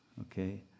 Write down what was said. Okay